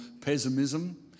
pessimism